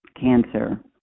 cancer